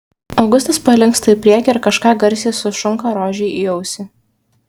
augustas palinksta į priekį ir kažką garsiai sušunka rožei į ausį